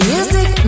Music